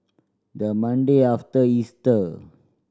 the Mmonday after Easter